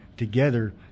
together